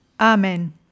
Amen